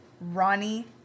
Ronnie